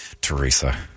Teresa